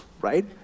right